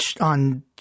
on